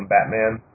Batman